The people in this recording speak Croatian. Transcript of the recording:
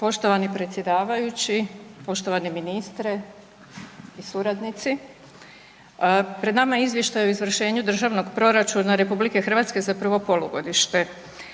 Poštovani predsjedavajući, poštovani ministre i suradnici. Pred nama je Izvještaj o izvršenju državnog proračuna RH za prvo polugodište